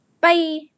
bye